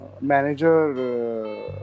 manager